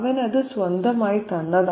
അവൻ അത് സ്വന്തമായി തന്നു